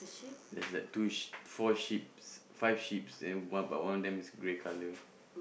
there's that two sh~ four sheeps five sheeps and one but one of them is grey colour